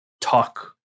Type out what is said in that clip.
talk